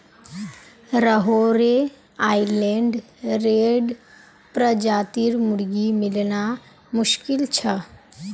Rhode Island Red प्रजातिर मुर्गी मिलना मुश्किल छ